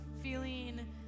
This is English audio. feeling